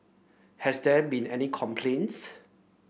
have there been any complaints